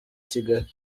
kigali